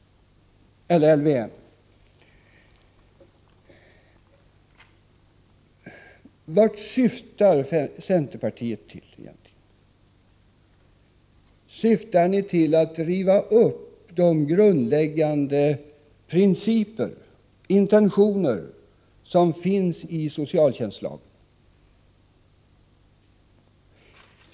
Vart syftar centerpartiet egentligen? Syftar ni till att riva upp de grundläggande principer och intentioner som finns i socialtjänstlagen?